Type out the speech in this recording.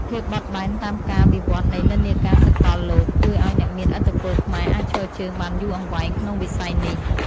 ភាពបត់បែនតាមការវិវឌ្ឍនៃនិន្នាការសកលលោកជួយឱ្យអ្នកមានឥទ្ធិពលខ្មែរអាចឈរជើងបានយូរអង្វែងក្នុងវិស័យនេះ។